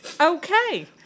Okay